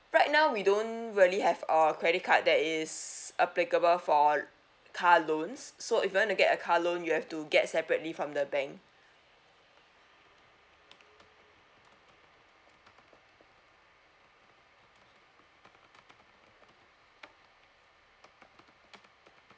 right now we don't really have a credit card that is applicable for car loans so if you want to get a car loan you have to get separately from the bank